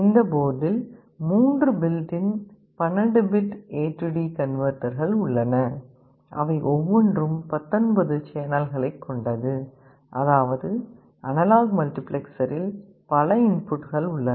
இந்த போர்டில் 3 built in 12 bit AD கன்வெர்ட்டர்கள் AD converter உள்ளன அவை ஒவ்வொன்றும் 19 சேனல்களை கொண்டது அதாவது அனலாக் மல்டிபிளெக்சரில் பல இன்புட்கள் உள்ளன